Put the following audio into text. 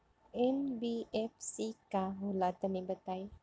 NBFC का होला तनि बताई?